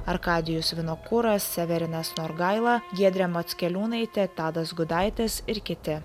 arkadijus vinokuras severinas norgaila giedrė mockeliūnaitė tadas gudaitis ir kiti